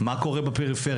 מה קורה בפריפריה?